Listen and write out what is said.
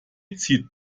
zieht